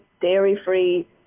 dairy-free